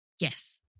yes